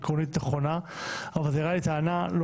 עקרונית היא נכונה אבל זאת טענה לא